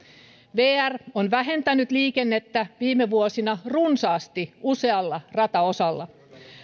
vr on vähentänyt liikennettä viime vuosina runsaasti usealla rataosalla